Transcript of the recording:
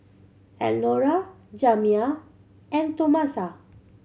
Elnora Jamya and Tomasa